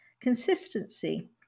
consistency